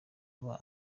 aba